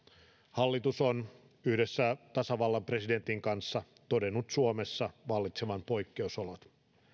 hallitus on yhdessä tasavallan presidentin kanssa todennut suomessa vallitsevan poikkeusolon